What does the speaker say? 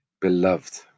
Beloved